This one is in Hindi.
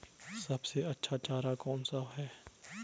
सबसे अच्छा चारा कौन सा है?